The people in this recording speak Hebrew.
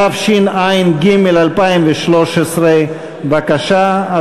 התשע"ג 2013. בבקשה,